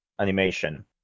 animation